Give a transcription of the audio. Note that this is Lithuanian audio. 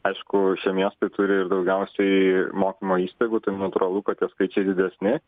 aišku šie miestai turi ir daugiausiai mokymo įstaigų tai natūralu kad tie skaičiai didesni